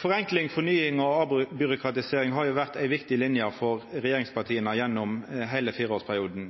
Forenkling, fornying og avbyråkratisering har vore ei viktig linje for regjeringspartia gjennom heile fireårsperioden.